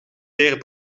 zeer